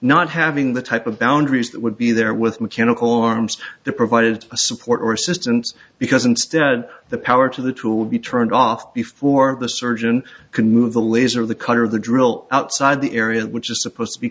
not having the type of boundaries that would be there with mechanical arms the provided support or assistance because instead the power to the tool be turned off before the surgeon can move the laser the cutter of the drill outside the area which is supposed to be